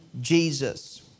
Jesus